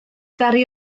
ddaru